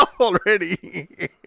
already